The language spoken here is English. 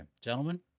gentlemen